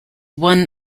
one